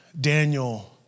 Daniel